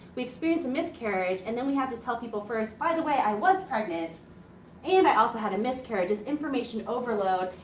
we experience a miscarriage, and then we have to tell people first by the way i was pregnant and i also had a miscarriage. it's information overload.